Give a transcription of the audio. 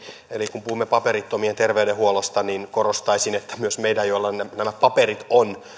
eli kun puhumme paperittomien terveydenhuollosta niin korostaisin että myös meidän joilla nämä paperit on